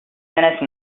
minute